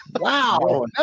Wow